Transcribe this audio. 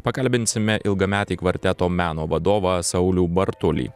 pakalbinsime ilgametį kvarteto meno vadovą saulių bartulį